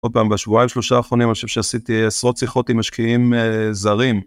עוד פעם, בשבועיים שלושה האחרונים, אני חושב שעשיתי עשרות שיחות עם משקיעים זרים.